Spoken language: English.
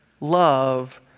love